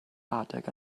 adeg